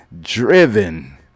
driven